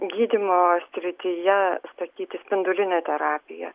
gydymo srityje statyti spindulinę terapiją